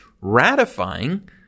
ratifying